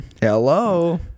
Hello